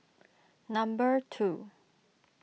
number two